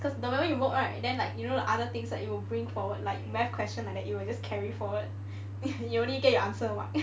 cause the moment you work right then like you know the other things like you will bring forward like math question like that you will just carry forward you only get you answer [what]